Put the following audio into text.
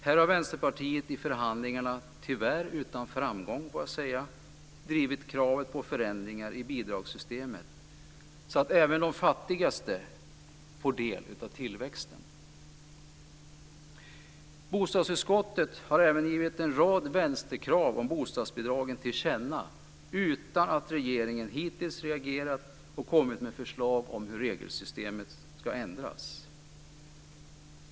Här har Vänsterpartiet i förhandlingarna tyvärr utan framgång drivit kravet på förändringar i bidragssystemet så att även de fattigaste får del av tillväxten. Bostadsutskottet har även givit en rad vänsterkrav om bostadsbidragen regeringen till känna utan att regeringen hittills reagerat och kommit med förslag om hur regelsystemet ska ändras.